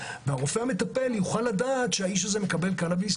והרופא המטפל יוכל לדעת שהאיש הזה מקבל קנביס,